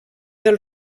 del